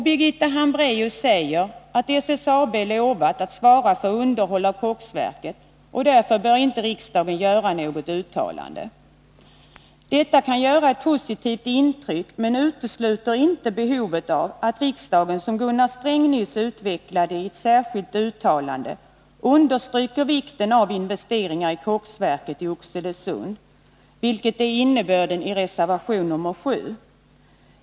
Birgitta Hambraeus säger att SSAB lovat att svara för underhållet av koksverket och att riksdagen därför inte bör göra något uttalande. Detta kan ge ett positivt intryck, men utesluter inte behovet av att riksdagen, som Gunnar Sträng nyss utvecklade i ett särskilt uttalande, understryker vikten av investeringar i koksverket i Oxelösund. Det är innebörden i reservation nr 7.